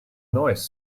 noise